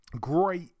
great